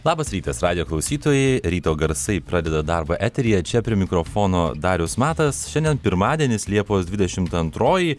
labas rytas radijo klausytojai ryto garsai pradeda darbą eteryje čia prie mikrofono darius matas šiandien pirmadienis liepos dvidešim antroji